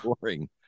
boring